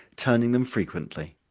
turning them frequently.